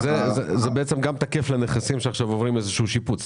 זה תקף גם לנכסים שעכשיו עוברים איזה שהוא שיפוץ,